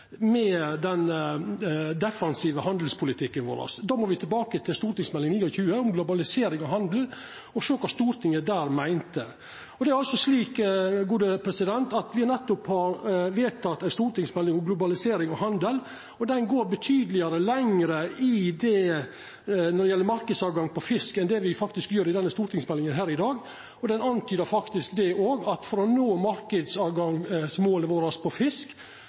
med den defensive handelspolitikken vår. Då må me tilbake til Meld. St. 29 for 2014–2015, om globalisering og handel, og sjå kva Stortinget meinte då. For me har nettopp behandla ei stortingsmelding om globalisering og handel, og ho går betydeleg lenger når det gjeld marknadstilgang for fisk enn det me gjer i denne stortingsmeldinga her i dag. Ho antydar faktisk at å nå målet vårt om marknadstilgang for fisk vil måtta medføra endringar i norsk politikk på